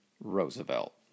Roosevelt